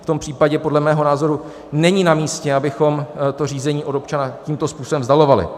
V tom případě podle mého názoru není namístě, abychom to řízení od občana tímto způsobem vzdalovali.